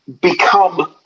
become